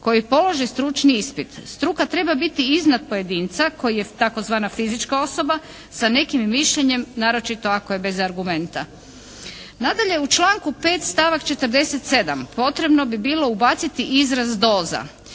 koji polaže stručni ispit. Struka treba biti iznad pojedinca koji je tzv. fizička osoba sa nekim mišljenjem, naročito ako je bez argumenta. Nadalje u članku 5. stavak 47. potrebno bi bilo ubaciti izraz "doza"